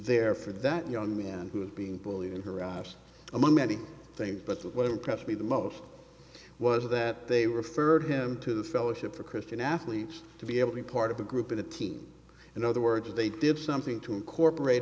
there for that young man who was being bullied and harassed among many things but what impressed me the most was that they referred him to the fellowship of christian athletes to be able to be part of the group in the team in other words they did something to incorporate